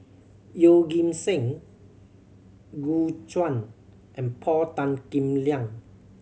Yeoh Ghim Seng Gu Juan and Paul Tan Kim Liang